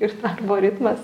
ir darbo ritmas